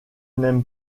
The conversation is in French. n’aime